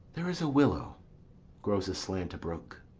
there is a willow grows aslant a brook,